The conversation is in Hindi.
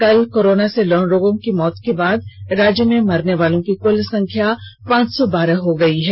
कल कोरोना से नौ लोगों की मौत के बाद राज्य में मरने वालों की कुल संख्या पांच सौ बारह पहुंच गई है